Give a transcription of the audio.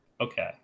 Okay